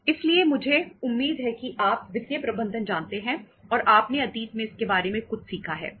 इसलिए मुझे उम्मीद है कि आप वित्तीय प्रबंधन जानते हैं और आपने अतीत में इसके बारे में कुछ सीखा है